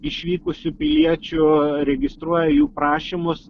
išvykusių piliečių registruoja jų prašymus